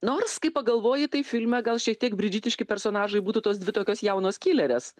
nors kai pagalvoji tai filme gal šiek tiek bridžitiški personažai būtų tos dvi tokios jaunos kilerės